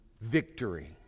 victory